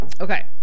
Okay